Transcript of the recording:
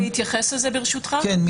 אני